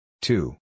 Two